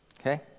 Okay